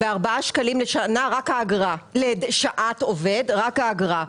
ב-4 ₪ לשעת עובד, רק מהאגרה.